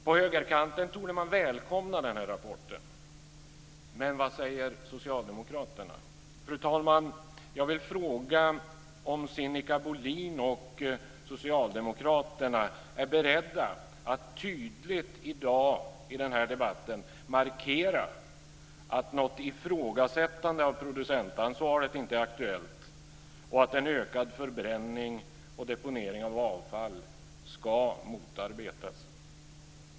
På högerkanten torde man välkomna den här rapporten, men vad säger Socialdemokraterna? Fru talman! Jag vill fråga om Sinikka Bohlin och Socialdemokraterna är beredda att i den här debatten tydligt markera att något ifrågasättande av producentansvaret inte är aktuellt och att en ökad förbränning och deponering av avfall ska motarbetas.